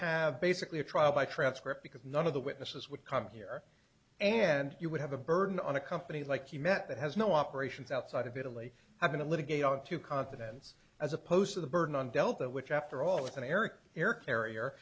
have basically a trial by transcript because none of the witnesses would come here and you would have a burden on a company like you met that has no operations outside of italy i've been a litigator to confidence as opposed to the burden on delta which after all is an erik air carrier